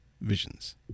Visions